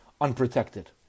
unprotected